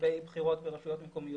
לגבי בחירות ברשויות מקומיות.